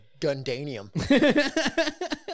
Gundanium